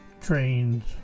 trains